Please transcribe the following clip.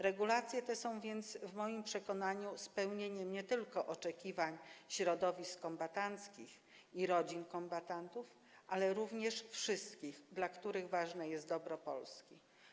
Regulacje te są więc w moim przekonaniu spełnieniem nie tylko oczekiwań środowisk kombatanckich i rodzin kombatantów, ale również wszystkich, dla których ważne jest dobro Polski.